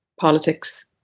politics